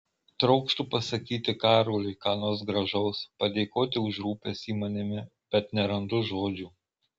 trokštu pasakyti karoliui ką nors gražaus padėkoti už rūpestį manimi bet nerandu žodžių